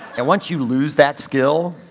and once you lose that skill,